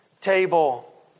table